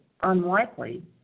unlikely